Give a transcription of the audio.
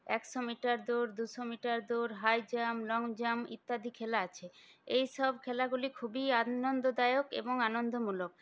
একশো মিটার দৌড় দুশো মিটার দৌড় হাইজাম্প লংজাম্প ইত্যাদি খেলা আছে এইসব খেলাগুলি খুবই আনন্দদায়ক এবং আনন্দমূলক